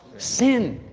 sin.